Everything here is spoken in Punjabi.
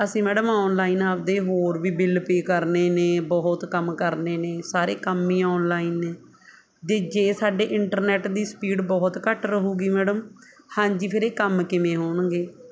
ਅਸੀਂ ਮੈਡਮ ਆਨਲਾਈਨ ਆਪਣੇ ਹੋਰ ਵੀ ਬਿੱਲ ਪੇਅ ਕਰਨੇ ਨੇ ਬਹੁਤ ਕੰਮ ਕਰਨੇ ਨੇ ਸਾਰੇ ਕੰਮ ਹੀ ਆਨਲਾਈਨ ਨੇ ਵੀ ਜੇ ਸਾਡੇ ਇੰਟਰਨੈਟ ਦੀ ਸਪੀਡ ਬਹੁਤ ਘੱਟ ਰਹੂਗੀ ਮੈਡਮ ਹਾਂਜੀ ਫਿਰ ਇਹ ਕੰਮ ਕਿਵੇਂ ਹੋਣਗੇ